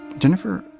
jennifer,